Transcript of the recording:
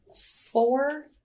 four